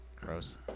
Gross